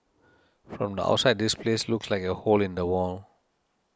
from the outside this place looks like a hole in the wall